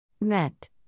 Met